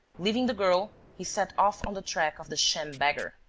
leaving the girl, he set off on the track of the sham beggar.